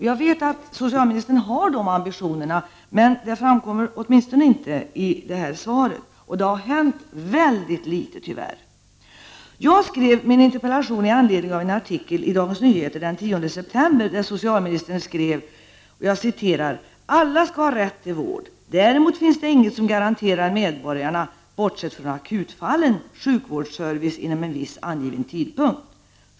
Jag vet att socialministern har den ambitionen, men det framkommer inte i detta svar. Det har tyvärr hänt alldeles för litet. Jag skrev min interpellation med anledning av en artikel i Dagens Nyheter den 10 september där socialministern sade: ”Alla ska ha rätt till vård. Däremot finns det inget som garanterar medborgarna — bortsett från akutfallen— sjukvårdsservice inom en viss angiven tidpunkt.